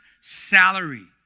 salary